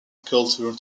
cultural